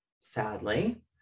sadly